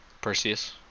Perseus